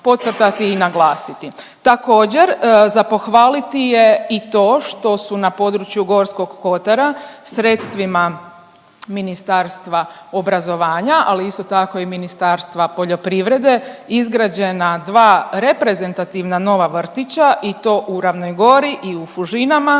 i naglasiti. Također, za pohvaliti je i to što su na području Gorskog kotara sredstvima Ministarstva obrazovanja, ali isto tako i Ministarstva poljoprivrede izgrađena dva reprezentativna nova vrtića i to u Ravnoj Gori i u Fužinama